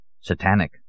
Satanic